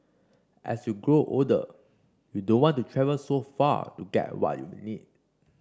as you grow older you don't want to travel so far to get what you need